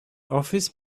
office